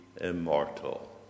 immortal